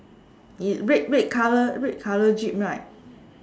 is red red colour red colour jeep right